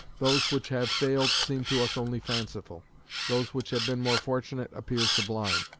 those which have failed seem to us only fanciful those which have been more fortunate appear sublime.